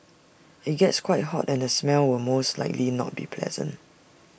IT gets quite hot and the smell will most likely not be pleasant